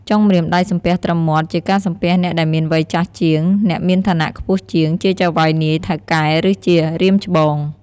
ចុងម្រាមដៃសំពះត្រឹមមាត់ ជាការសំពះអ្នកដែលមានវ័យចាស់ជាង អ្នកមានឋានៈខ្ពស់ជាង ជាចៅហ្វាយនាយ ថៅកែ ឬ ជារៀមច្បង។